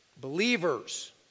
believers